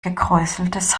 gekräuseltes